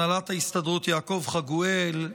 הנהלת ההסתדרות יעקב חגואל,